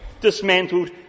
dismantled